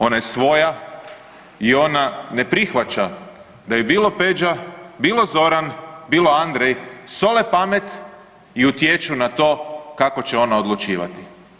Ona je svoja i ona ne prihvaća da je, bilo Peđa, bilo Zoran, bilo Andrej sole pamet i utječu na to kako će ona odlučivati.